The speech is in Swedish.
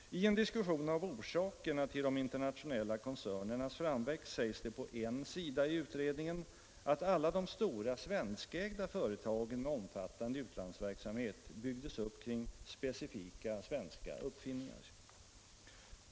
I en diskussion av orsakerna till de internationella koncernernas framväxt sägs det på en sida i utredningen att alla de stora svenskägda företagen med omfattande utlandsverksamhet byggdes upp kring specifika svenska uppfinningar.